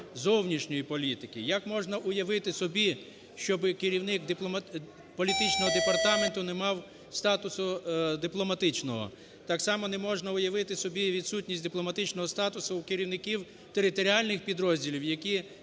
зовнішньої політики. Як можна уявити собі, щоб керівник політичного департаменту не мав статусу дипломатичного. Так само не можна уявити собі відсутність дипломатичного статусу у керівників територіальних підрозділів, які